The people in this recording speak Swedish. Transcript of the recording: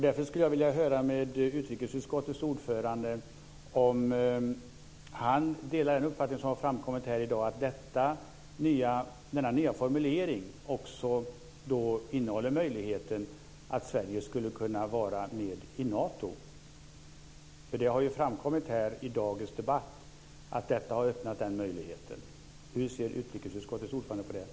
Därför skulle jag vilja höra om utrikesutskottets ordförande delar den uppfattning som har framkommit här i dag, att denna nya formulering också innehåller möjligheten att Sverige skulle kunna vara med i Nato. Det har ju framkommit i dagens debatt att detta har öppnat den möjligheten. Hur ser utrikesutskottets ordförande på det?